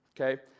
okay